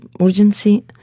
urgency